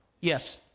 Yes